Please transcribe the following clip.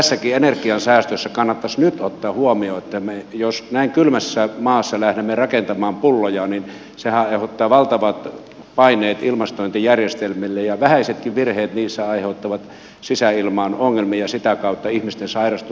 kyllä tässäkin energiansäästössä kannattaisi nyt ottaa huomioon että jos me näin kylmässä maassa lähdemme rakentamaan pulloja niin sehän aiheuttaa valtavat paineet ilmastointijärjestelmille ja vähäisetkin virheet niissä aiheuttavat sisäilmaan ongelmia ja sitä kautta ihmisten sairastumisia